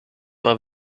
war